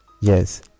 Yes